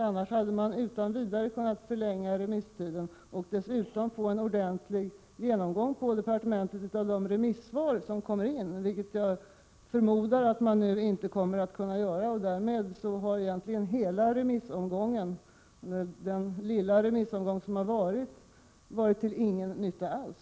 Annars hade man utan vidare kunnat förlänga remisstiden och dessutom få en ordentlig genomgång på departementet av de remissvar som kommit in, vilket jag förmodar att man nu inte kommer att kunna klara. Därmed har hela remissomgången, den lilla remissomgång som skett, varit till ingen nytta alls.